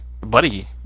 Buddy